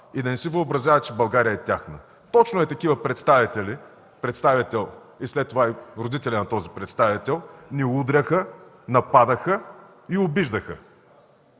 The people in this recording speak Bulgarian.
и да не си въобразяват, че България е тяхна. Точно ей такива представители, представител и след това и родителят на този представител, ни удряха, нападаха и обиждаха.